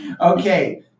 Okay